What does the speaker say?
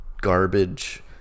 garbage